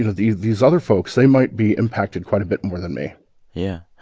you know, these these other folks they might be impacted quite a bit more than me yeah.